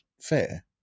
fair